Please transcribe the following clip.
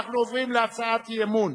אנחנו עוברים להצעת אי-אמון